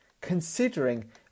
Considering